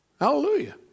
Hallelujah